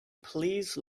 please